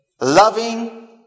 Loving